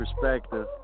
perspective